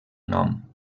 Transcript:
nom